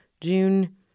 June